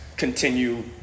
continue